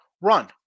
run